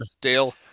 Dale